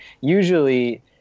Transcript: usually